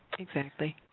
exactly.